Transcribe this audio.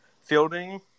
fielding